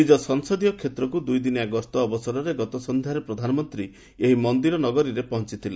ନିଜ ସଂସଦୀୟ କ୍ଷେତ୍ରକୁ ଦୁଇଦିନିଆ ଗସ୍ତ ଅବସରରେ ଗତ ସନ୍ଧ୍ୟାରେ ପ୍ରଧାନମନ୍ତ୍ରୀ ଏହି ମନ୍ଦିର ନଗରୀରେ ପହଞ୍ଚଥିଲେ